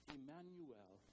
Emmanuel